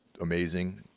amazing